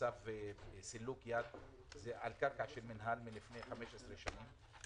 צו סילוק יד, זה על קרקע של המינהל מלפני 15 שנים.